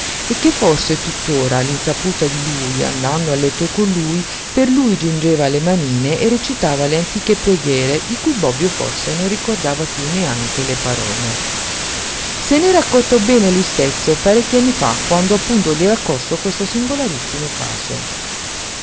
e che forse tuttora all'insaputa di lui andando a letto con lui per lui giungeva le manine e recitava le antiche preghiere di cui bobbio forse non ricordava piú neanche le parole se n'era accorto bene lui stesso parecchi anni fa quando appunto gli era occorso questo singolarissimo caso